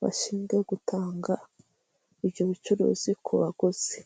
bashinzwe gutanga ibyo bicuruzi ku baguzi.